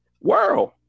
world